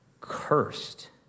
cursed